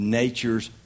nature's